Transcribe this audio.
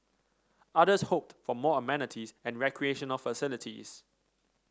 others hoped for more amenities and recreational facilities